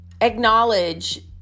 acknowledge